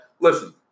Listen